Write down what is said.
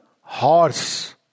horse